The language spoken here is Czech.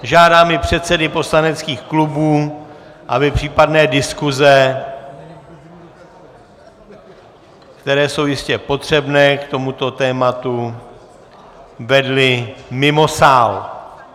Žádám i předsedy poslaneckých klubů, aby případné diskuse, které jsou jistě potřebné k tomuto tématu, vedli mimo sál!